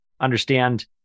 understand